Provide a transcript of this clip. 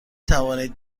توانید